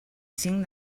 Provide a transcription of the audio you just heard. cinc